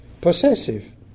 possessive